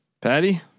Patty